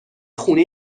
خونه